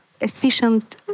Efficient